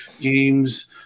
games